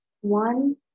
one